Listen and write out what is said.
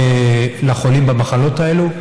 לחולים במחלות האלה,